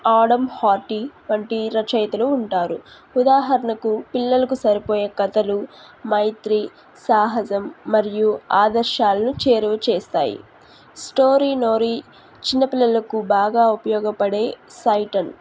Adam Harty వంటి రచయితలు ఉంటారు ఉదాహరణకు పిల్లలకు సరిపోయే కథలు మైత్రి సాహజం మరియు ఆదర్శాలను చేరువు చేస్తాయి స్టోరీనోరీ చిన్నపిల్లలకు బాగా ఉపయోగపడే సైటన్